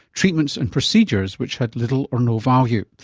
treatments and procedures which had little or no value.